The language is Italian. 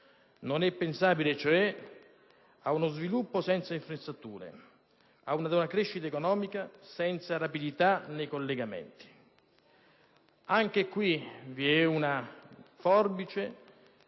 non è pensabile uno sviluppo senza infrastrutture e una crescita economica senza rapidità nei collegamenti. Anche qui vi è una forbice